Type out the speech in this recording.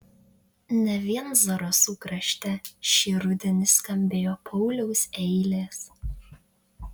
ne vien zarasų krašte šį rudenį skambėjo pauliaus eilės